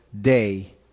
day